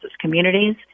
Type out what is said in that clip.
communities